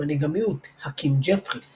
מנהיג המיעוט האקים ג'פריס